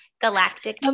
galactic